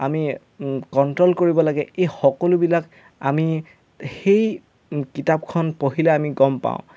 আমি কণ্ট্ৰল কৰিব লাগে এই সকলোবিলাক আমি সেই কিতাপখন পঢ়িলে আমি গম পাওঁ